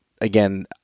again